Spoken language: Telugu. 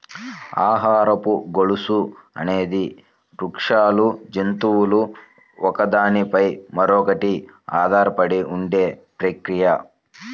ఆహారపు గొలుసు అనేది వృక్షాలు, జంతువులు ఒకదాని పై మరొకటి ఆధారపడి ఉండే ప్రక్రియ